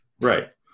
Right